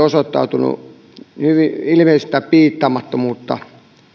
osoittanut hyvin ilmeistä piittaamattomuutta